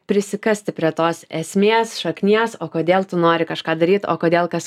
prisikasti prie tos esmės šaknies o kodėl tu nori kažką daryt o kodėl kas